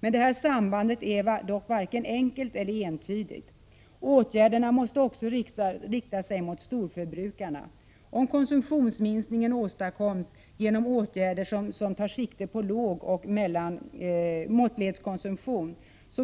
Men detta samband är varken enkelt eller entydigt. Åtgärderna måste också rikta sig mot storförbrukarna. Om konsumtionsminskningen åstadkoms genom åtgärder som tar sikte på lågoch måttlighetskonsumtion,